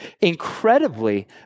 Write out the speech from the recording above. incredibly